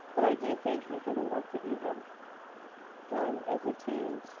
but i do thank you for the work that you have done as a team,